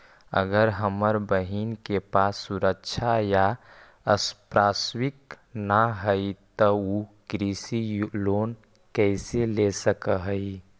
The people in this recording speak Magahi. अगर हमर बहिन के पास सुरक्षा या संपार्श्विक ना हई त उ कृषि लोन कईसे ले सक हई?